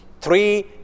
three